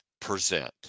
present